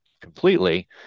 completely